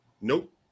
Nope